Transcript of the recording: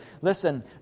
Listen